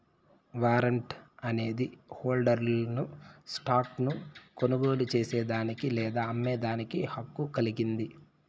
warrant అనేది హోల్డర్ను stock ను కొనుగోలు చేసేదానికి లేదా అమ్మేదానికి హక్కు కలిగింది